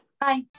Bye